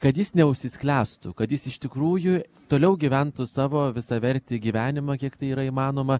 kad jis neužsisklęstų kad jis iš tikrųjų toliau gyventų savo visavertį gyvenimą kiek tai yra įmanoma